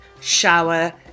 shower